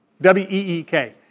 W-E-E-K